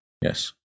yes